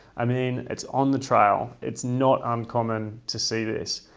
i mean, it's on the trail. it's not uncommon to see this.